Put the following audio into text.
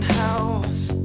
house